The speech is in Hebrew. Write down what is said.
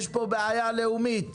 יש פה בעיה לאומית